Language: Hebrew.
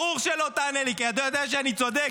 ברור שלא תענה לי, כי אתה יודע שאני צודק.